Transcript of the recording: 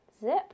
zip